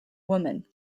women